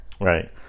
Right